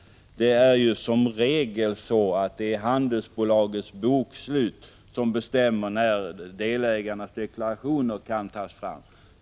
Som regel är det ju handelsbolagets bokslut som är avgörande för när delägarnas deklarationer kan avlämnas.